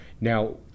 Now